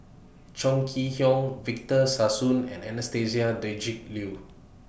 Chong Kee Hiong Victor Sassoon and Anastasia Tjendri Liew